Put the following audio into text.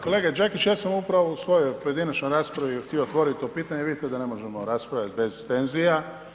Kolega Đakić, ja sam upravo u svojoj pojedinačnoj raspravi htio otvoriti to pitanje i vidite da ne možemo raspravljati bez tenzija.